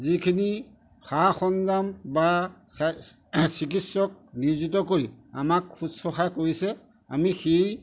যিখিনি সা সৰঞ্জাম বা চিকিৎসক নিয়োজিত কৰি আমাক শুশ্ৰূষা কৰিছে আমি সেই